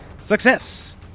Success